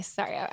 Sorry